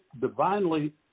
divinely